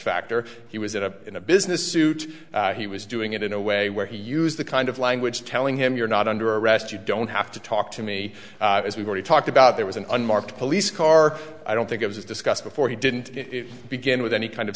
factor he was in a in a business suit he was doing it in a way where he used the kind of language telling him you're not under arrest you don't have to talk to me as we've already talked about there was an unmarked police car i don't think it was discussed before he didn't begin with any kind of